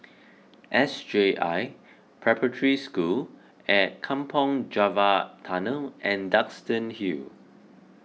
S J I Preparatory School Kampong Java Tunnel and Duxton Hill